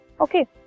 Okay